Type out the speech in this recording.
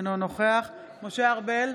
אינו נוכח משה ארבל,